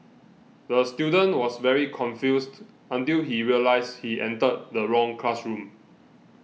the student was very confused until he realised he entered the wrong classroom